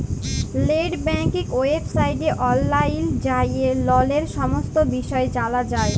late banking ওয়েবসাইটে অললাইল যাঁয়ে ললের সমস্ত বিষয় জালা যায়